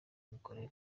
imikorere